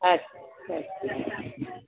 अच्छा